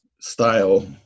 style